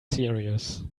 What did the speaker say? serious